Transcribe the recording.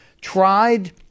tried